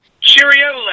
Cheerio